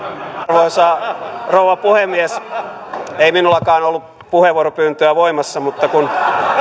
arvoisa rouva puhemies ei minullakaan ollut puhevuoropyyntöä voimassa mutta kun